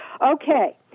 Okay